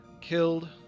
killed